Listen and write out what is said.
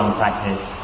practice